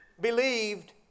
believed